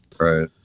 right